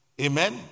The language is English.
Amen